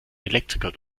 elektriker